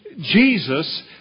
Jesus